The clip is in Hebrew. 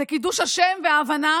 זה קידוש השם וההבנה